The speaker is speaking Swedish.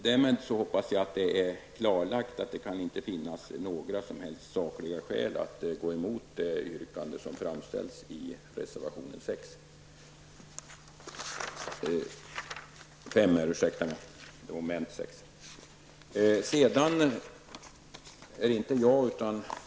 Däremot är det, hoppas jag, klarlagt att det inte kan finnas några som helst sakliga skäl att gå emot det yrkande som framställs i reservation 5.